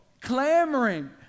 clamoring